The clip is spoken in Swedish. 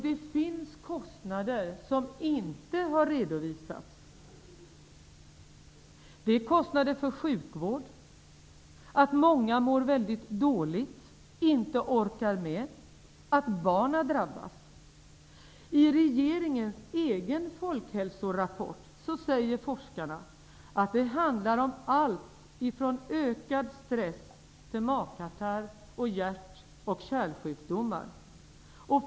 Det finns kostnader som inte har redovisats. Det är kostnader för sjukvård, att många mår dåligt, inte orkar med och att barnen drabbas. I regeringens egen folkhälsorapport säger forskarna att det handlar om allt från ökad stress till magkatarr och hjärt och kärlsjukdomar.